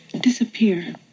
Disappear